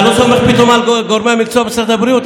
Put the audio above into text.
אתה לא סומך פתאום על גורמי המקצוע במשרד הבריאות?